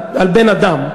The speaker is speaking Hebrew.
על בן-אדם,